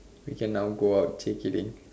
we can now go out okay kidding